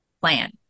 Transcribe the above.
plan